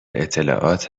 اطلاعات